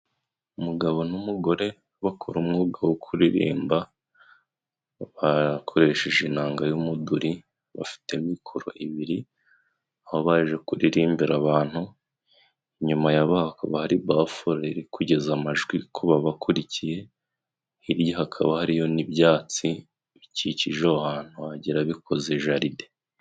Umugabo n'umugore bakora umwuga wo kuririmba barakoresheje inanga y'umuduri, bafite mikoro ibiri aho baje kuririmbira abantu. inyuma yabo, hakaba hari bafule iri kugeza amajwi kubabakurikiye, hirya hakaba hariyo n'ibyatsi bikikije aho hantu, wagira bikoze jaride.